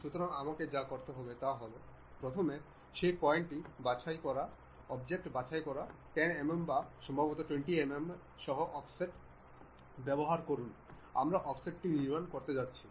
সুতরাং আমাকে যা করতে হবে তা হল প্রথমে সেই পয়েন্টটি বাছাই করাঅবজেক্টটি বাছাই করা 10 mm বা সম্ভবত 20 mm সহ অফসেট ব্যবহার করুনআমরা অফসেটটি নির্মাণ করতে যাচ্ছি